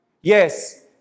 yes